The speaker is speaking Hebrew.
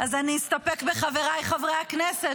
אז אני אסתפק ב"חבריי חברי הכנסת",